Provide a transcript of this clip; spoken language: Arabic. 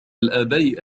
الآباء